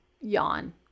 yawn